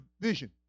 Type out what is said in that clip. vision